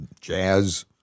jazz